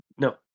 No